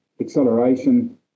acceleration